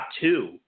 two